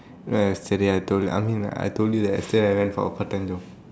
right yesterday I told you I mean like I told you that yesterday I went for a part time job